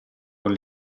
con